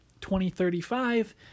2035